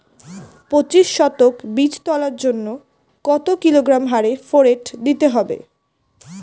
পঁচিশ শতক বীজ তলার জন্য কত কিলোগ্রাম হারে ফোরেট দিতে হবে?